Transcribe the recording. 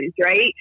right